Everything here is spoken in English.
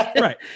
Right